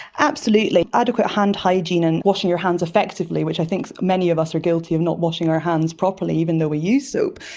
absolutely, adequate hand hygiene and washing your hands effectively, which i think many of us are guilty of not washing our hands properly, even though we use soap,